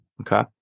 Okay